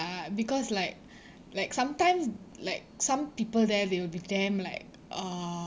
uh because like like sometimes like some people there they will be damn like uh